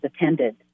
attended